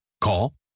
Call